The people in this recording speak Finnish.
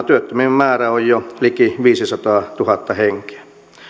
työttömien määrä on jo liki viisisataatuhatta henkeä